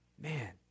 Man